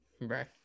Right